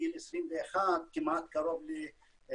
בגיל 21 כמעט קרוב ל-29%,